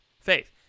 faith